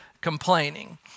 complaining